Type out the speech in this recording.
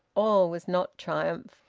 all was not triumph!